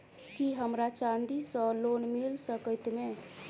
की हमरा चांदी सअ लोन मिल सकैत मे?